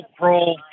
Pro